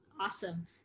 awesome